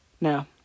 Now